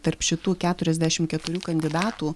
tarp šitų keturiasdešimt keturių kandidatų